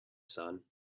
sun